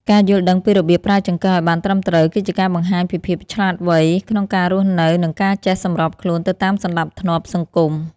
ការយល់ដឹងពីរបៀបប្រើចង្កឹះឱ្យបានត្រឹមត្រូវគឺជាការបង្ហាញពីភាពឆ្លាតវៃក្នុងការរស់នៅនិងការចេះសម្របខ្លួនទៅតាមសណ្តាប់ធ្នាប់សង្គម។